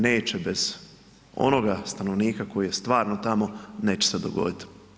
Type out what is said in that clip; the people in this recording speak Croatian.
Neće bez onoga stanovnika koji je stvarno tamo neće se dogoditi.